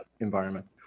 environment